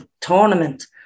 tournament